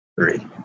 three